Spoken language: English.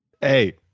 hey